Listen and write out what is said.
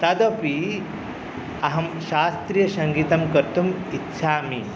तथापि अहं शास्त्रीयसङ्गीतं कर्तुं इच्छामि